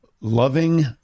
Loving